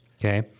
okay